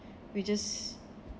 we just